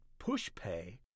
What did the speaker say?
PushPay